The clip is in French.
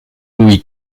louis